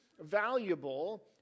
valuable